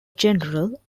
general